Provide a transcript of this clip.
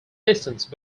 distance